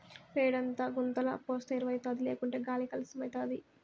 పేడంతా గుంతల పోస్తే ఎరువౌతాది లేకుంటే గాలి కలుసితమైతాది